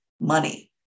money